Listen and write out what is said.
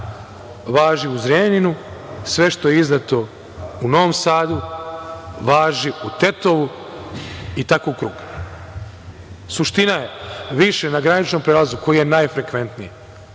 važi u Zrenjaninu, sve što je izdato u Novom Sadu, važi u Tetovu i tako u krug. Suština je, više na graničnom prelazu koji je nafrekventniji